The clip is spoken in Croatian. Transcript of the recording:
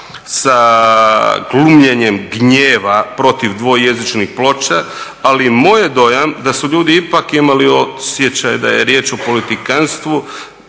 sa glumljenjem gnjeva protiv dvojezičnih ploča, ali moj je dojam da su ljudi ipak imali osjećaj da je riječ o politikantstvu,